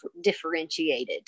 differentiated